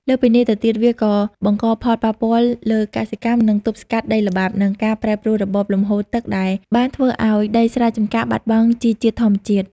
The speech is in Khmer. លើសពីនេះទៅទៀត វាក៏បង្កផលប៉ះពាល់លើកសិកម្ម ការទប់ស្កាត់ដីល្បាប់ និងការប្រែប្រួលរបបលំហូរទឹកដែលបានធ្វើឱ្យដីស្រែចម្ការបាត់បង់ជីជាតិធម្មជាតិ។